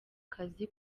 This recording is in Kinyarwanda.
kazi